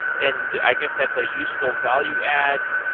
and i guess that's a useful value ads.